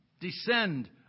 descend